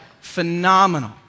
phenomenal